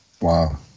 Wow